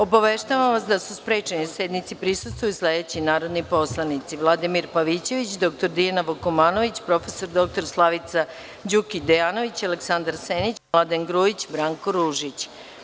Obaveštavam vas da su sprečeni da sednici prisustvuju sledeći narodni poslanici: Vladimir Pavićević, dr Dijana Vukomanović, prof. dr Slavica Đukić Dejanović, Aleksandar Senić, Mladen Grujić i Branko Ružić.